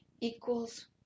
equals